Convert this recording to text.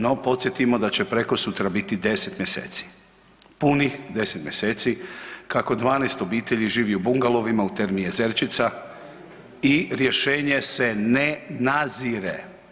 No, podsjetimo da će prekosutra biti deset mjeseci, punih deset mjeseci kako 12 obitelji živi u bungalovima u Termi Jezerčica i rješenje se ne nazire.